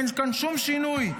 אין כאן שום שינוי.